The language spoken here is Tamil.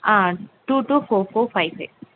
ah two two four four five six